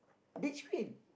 beach queen